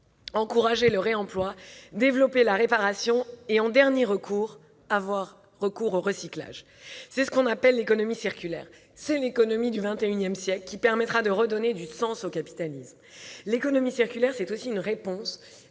d'encourager le réemploi, de développer la réparation et, en dernier recours, de procéder au recyclage. C'est ce qu'on appelle l'économie circulaire. Elle est l'économie du XXI siècle, celle qui permettra de redonner du sens au capitalisme. L'économie circulaire, c'est aussi une réponse